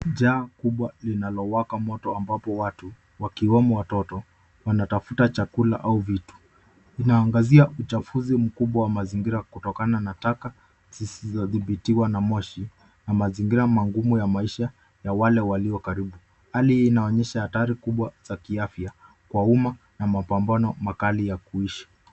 Jaa kubwa linalowaka moto ambapo watu, wakiwemo watoto, wanatafuta chakula au vitu. Inaangazia uchafuzi mkubwa wa mazingira kutokana na taka zisizodhibitiwa na moshi na mazingira magumu ya maisha ya wale walio karibu. Hali hii inaonyesha hatari kubwa za kiafya kwa umma na mapambano makali ya kuishi.